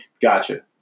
Gotcha